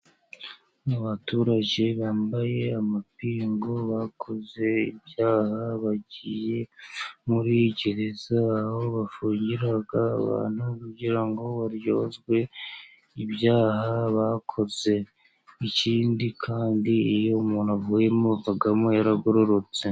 Abaturage bambaye amapingu bakoze ibyaha, bagiye muri gereza aho bafungira abantu kugira ngo baryozwe ibyaha bakoze, ikindi kandi iyo umuntu avuyemo avamo yaragororotse.